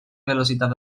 velocitat